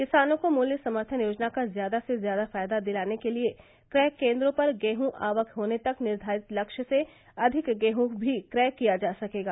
किसानों को मूल्य समर्थन योजना का ज़्यादा से ज़्यादा फ़ायदा दिलाने के लिए क्रय केन्द्रों पर गेहूँ आवक होने तक निर्धारित लक्ष्य से अधिक गेहूँ भी क्रय किया जा सकेगा